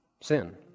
sin